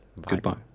Goodbye